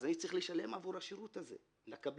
אז אני צריך לשלם עבור השירות הזה לקבלנים,